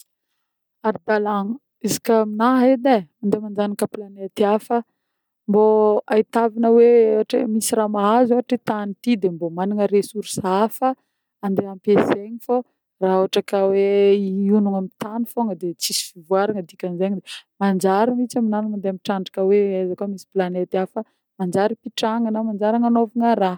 Ara-dalagna izy koà aminah edy ein, mandeha manjanaka planeta hafa mbô ahitavagna hoe ohatra misy raha mahazo ôhatra hoe i tany ty de mbô managna ressources hafa andeha ampeseny fô raha ohatra ka hoe ihonogna amin'ny tany fogna de tsisy fivoarana dikany zegny zegny de manjary mintsy aminah mandeha mitrandrandraka hoe aiza koa misy planety hafa manjary hipitrahana na manjary agnanôvana raha.